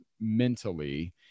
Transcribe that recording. mentally